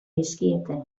dizkiete